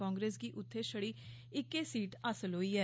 कांग्रेस गी उत्थें छड़ी इक्कै सीट हासल होई ऐ